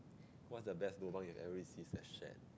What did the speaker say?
what's the best lobang you have ever received slash shared